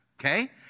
okay